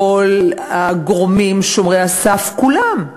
כל הגורמים שומרי הסף, כולם,